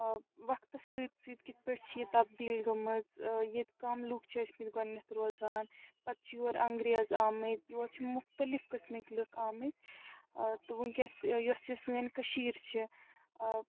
وقتس سۭتۍ سۭتۍ کِتھ پٲٹھۍ چھِ یہِ تبدیٖل گٔمٕژ ییٚتہِ کَم لُکھ چھِ ٲسۍمٕتۍ گۄڈٕنٮ۪تھ روزان پتہٕ چھِ یور انٛگریز آمٕتۍ یور چھِ مختلف قٕسمکۍ لٕکھ آمٕتۍ تہٕ وٕنۍکٮ۪س یۄس یہِ سٲنۍ کٔشیٖر چھِ